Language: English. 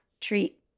treat